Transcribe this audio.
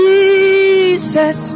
Jesus